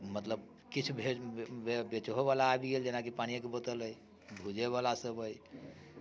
मतलब किछु बेचहो बला आबि गेल जेनाकि पानियेके बोतल अछि बलाभुजे सभ अछि